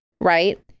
right